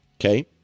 okay